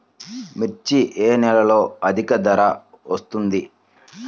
మిర్చి ఏ నెలలో అధిక ధర వస్తుంది?